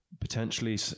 potentially